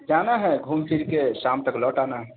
جانا ہے گھوم پھر کے شام تک لوٹ آنا ہے